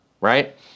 right